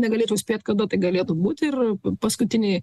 negalėčiau spėt kada tai galėtų būti ir paskutiniai